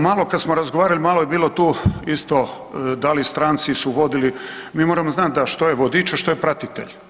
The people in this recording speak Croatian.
Malo kad smo razgovarali, malo je bilo tu isto da li stranci su vodili, mi moramo znat da što je vodič, a što je pratitelj.